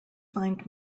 find